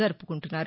జరుపుకుంటున్నారు